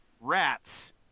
Rats